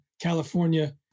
California